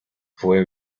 fue